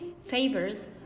favors